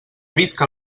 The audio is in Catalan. visca